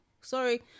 Sorry